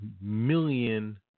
million